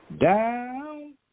Down